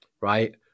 right